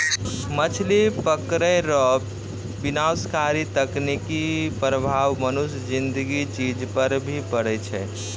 मछली पकड़ै रो विनाशकारी तकनीकी प्रभाव मनुष्य ज़िन्दगी चीज पर भी पड़ै छै